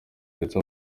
ndetse